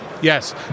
Yes